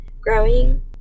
growing